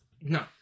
No